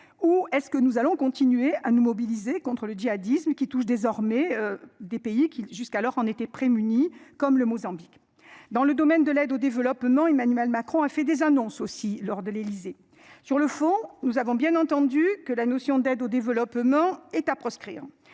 ou est-ce que nous allons continuer à nous mobiliser contre le djihadisme qui touche désormais des pays qui jusqu'alors on était prémuni comme le Mozambique. Dans le domaine de l'aide au développement. Emmanuel Macron a fait des annonces aussi lors de l'Élysée sur le fond, nous avons bien entendu que la notion d'aide au développement est à proscrire.